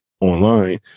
online